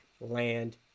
land